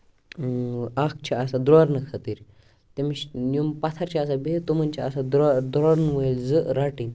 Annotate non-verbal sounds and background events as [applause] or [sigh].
اکھ چھُ آسان دورنٕے خٲطرٕ تٔمِس چھِ یِم پَتھر چھِ آسان بِہِتھ تِمَن چھِ [unintelligible] زٕ رَٹنۍ